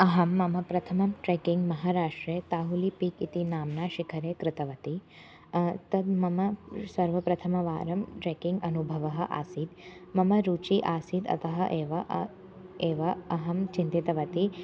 अहं मम प्रथमं ट्रेकिङ्ग् महराष्ट्रे ताहुलि पीक् इति नाम्नि शिखरे कृतवती तद् मम सर्वप्रथमवारं त्रेकिङ्ग् अनुभवः आसीत् मम रुचिः आसीत् अतः एव एव अहं चिन्तितवती